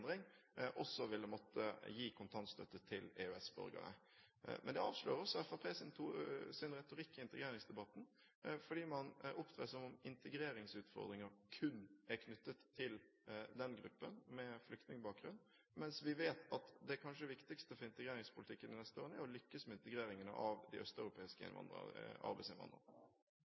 regelendring også vil måtte gi kontantstøtte til EØS-borgere. Men det avslører Fremskrittspartiets retorikk i integreringsdebatten, fordi man opptrer som om integreringsutfordringene kun er knyttet til gruppen med flyktningbakgrunn, mens vi vet at kanskje det viktigste for integreringspolitikken de neste årene er å lykkes med integreringen av de østeuropeiske